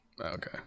Okay